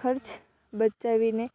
ખર્ચ બચાવીને